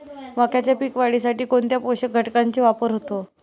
मक्याच्या पीक वाढीसाठी कोणत्या पोषक घटकांचे वापर होतो?